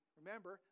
remember